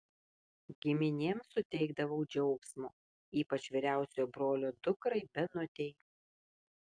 giminėm suteikdavau džiaugsmo ypač vyriausiojo brolio dukrai benutei